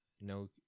no